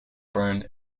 burned